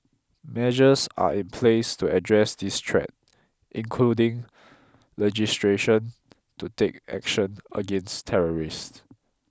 measures are in place to address this threat including legislation to take action against terrorists